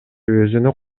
өзүнө